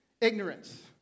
Ignorance